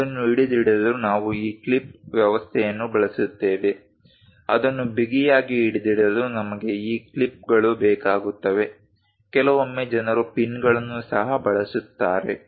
ಅದನ್ನು ಹಿಡಿದಿಡಲು ನಾವು ಈ ಕ್ಲಿಪ್ ವ್ಯವಸ್ಥೆಯನ್ನು ಬಳಸುತ್ತೇವೆ ಅದನ್ನು ಬಿಗಿಯಾಗಿ ಹಿಡಿದಿಡಲು ನಮಗೆ ಈ ಕ್ಲಿಪ್ಗಳು ಬೇಕಾಗುತ್ತವೆ ಕೆಲವೊಮ್ಮೆ ಜನರು ಪಿನ್ಗಳನ್ನು ಸಹ ಬಳಸುತ್ತಾರೆ